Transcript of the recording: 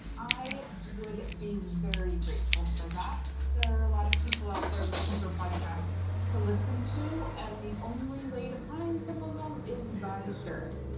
i would be very grateful for that. there are a lot of people out there looking for podcasts to listen to, and the only way to find some of them is by sharing.